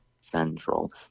central